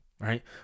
right